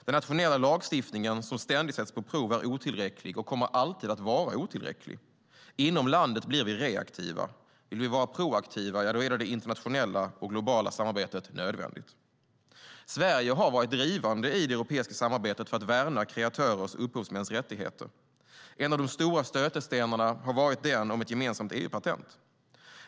Den nationella lagstiftningen, som ständigt sätts på prov, är otillräcklig och kommer alltid att vara otillräcklig. Inom landet blir vi reaktiva. Om vi vill vara proaktiva är det internationella och globala samarbetet nödvändigt. Sverige har varit drivande i det europeiska samarbetet för att värna kreatörers och upphovsmäns rättigheter. En av de stora stötestenarna har varit den om ett gemensamt EU-patent.